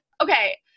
Okay